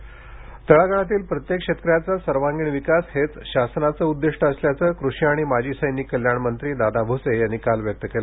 भुसे तळागाळातील प्रत्येक शेतकऱ्याचा सर्वांगिण विकास हेच शासनाचे उद्दिष्ट असल्याचं कृषी आणि माजी सैनिक कल्याण मंत्री दादा भुसे यांनी काल व्यक्त केलं